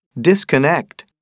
Disconnect